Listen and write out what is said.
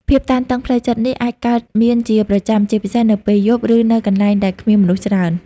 ភាពតានតឹងផ្លូវចិត្តនេះអាចកើតមានជាប្រចាំ ជាពិសេស នៅពេលយប់ ឬនៅកន្លែងដែល គ្មានមនុស្សច្រើន។